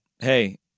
Hey